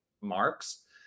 marks